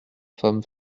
femme